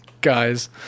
guys